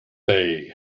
they